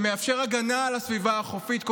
שמאפשר הגנה על הסביבה החופית,